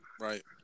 right